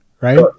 right